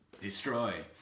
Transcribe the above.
destroy